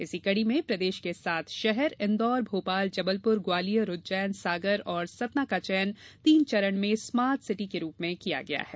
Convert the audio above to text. इसी कड़ी में प्रदेश के सात शहर इंदौर भोपाल जबलपुर ग्वालियर उज्जैन सागर और सतना का चयन तीन चरण में स्मार्ट सिटी के रूप में किया गया है